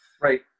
Right